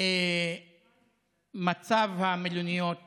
שמצב המלוניות